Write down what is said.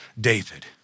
David